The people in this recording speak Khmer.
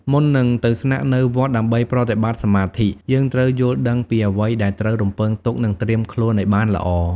មុននឹងទៅស្នាក់នៅវត្តដើម្បីប្រតិបត្តិសមាធិ យើងត្រូវយល់ដឹងពីអ្វីដែលត្រូវរំពឹងទុកនិងត្រៀមខ្លួនឱ្យបានល្អ។